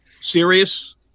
serious